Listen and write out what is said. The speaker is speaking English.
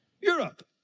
Europe